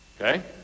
okay